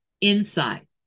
Inside